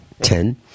Ten